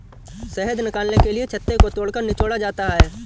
शहद निकालने के लिए छत्ते को तोड़कर निचोड़ा जाता है